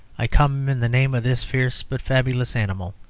i come in the name of this fierce but fabulous animal,